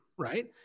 Right